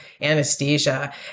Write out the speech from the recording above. anesthesia